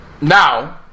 Now